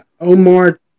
Omar